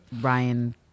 Ryan